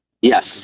Yes